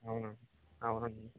అవునండి అవునండి